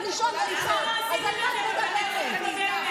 של הממשלה.